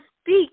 speak